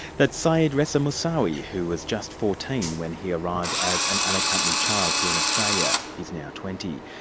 that's sayed reza moosawi, who was just fourteen when he arrived as an unaccompanied child here in australia. he's now twenty.